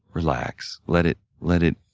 relax. let it let it